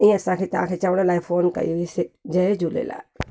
ईंअ असां तव्हां खे चवण लाइ फ़ोन कयी हुईसीं जय झूलेलाल